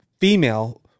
female